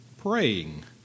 praying